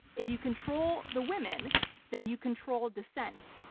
if you control the women then you control dissent.